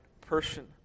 person